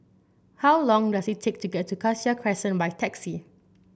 how long does it take to get to Cassia Crescent by taxi